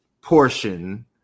portion